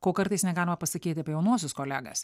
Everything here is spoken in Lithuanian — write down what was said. ko kartais negalima pasakyti apie jaunuosius kolegas